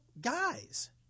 guys